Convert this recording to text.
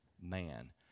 man